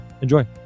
Enjoy